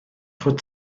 fod